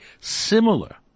similar